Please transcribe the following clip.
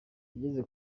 yageze